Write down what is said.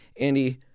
Andy